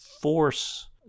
force